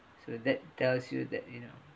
so that tells you that you know